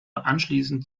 anschließend